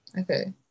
okay